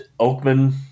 Oakman